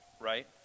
right